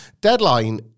Deadline